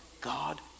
God